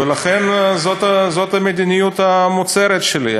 ולכן, זאת המדיניות המוצהרת שלי.